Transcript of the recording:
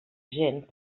gent